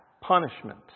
punishment